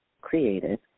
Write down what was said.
created